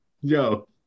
Yo